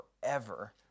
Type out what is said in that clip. forever